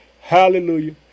hallelujah